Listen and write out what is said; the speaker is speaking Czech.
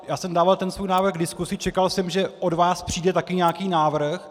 Já jsem dával ten svůj návrh k diskusi, čekal jsem, že od vás také přijde nějaký návrh.